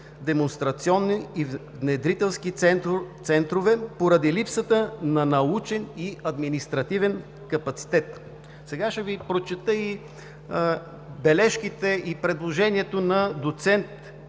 демонстрационни и внедрителски центрове поради липсата на научен и административен капацитет“. Сега ще Ви прочета и бележките и предложението на доцент